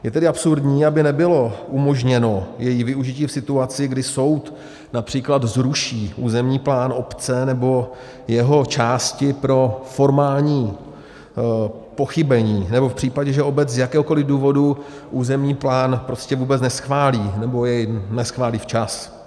Je tedy absurdní, aby nebylo umožněno její využití v situaci, kdy soud například zruší územní plán obce nebo jeho části pro formální pochybení nebo v případě, že obec z jakéhokoli důvodu územní plán prostě vůbec neschválí nebo jej neschválí včas.